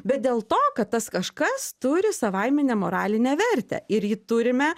bet dėl to kad tas kažkas turi savaiminę moralinę vertę ir jį turime